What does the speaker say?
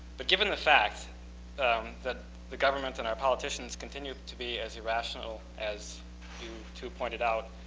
but given the fact that the government and our politicians continue to be as irrational as you two pointed out,